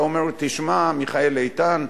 אתה אומר: תשמע, מיכאל איתן,